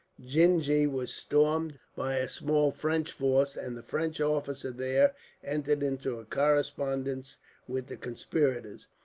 gingee was stormed by a small french force, and the french officer there entered into a correspondence with the conspirators,